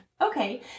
Okay